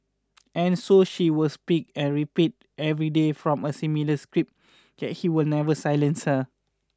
and so she will speak and repeat every day from a similar script can he will never silence her